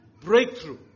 breakthrough